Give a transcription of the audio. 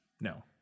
no